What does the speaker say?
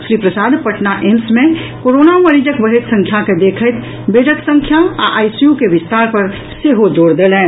Shri Prasad Patna AIIMS मे corona मरीजक बढ़ैत संख्या के देखैत बेडक संख्या आ आईसीयू के विस्तार पर सेहो जोड़ देलनि